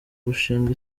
gushinga